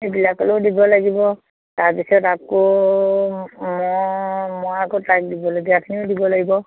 এইবিলাকলেও দিব লাগিব তাৰপিছত আকৌ ম মই আকৌ তাইক দিবলগীয়াখিনিও দিব লাগিব